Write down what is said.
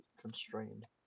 constrained